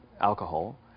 alcohol